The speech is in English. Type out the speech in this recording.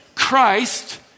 Christ